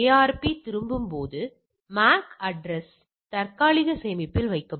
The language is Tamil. ARP திரும்பும்போது MAC அட்ரஸ் தற்காலிக சேமிப்பில் வைக்கப்படும்